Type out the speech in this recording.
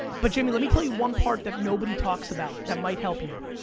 but jamie, let me tell you one part that nobody talks about that might help you.